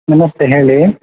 ನಮಸ್ತೆ ಹೇಳಿ